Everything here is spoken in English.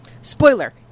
Spoiler